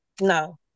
No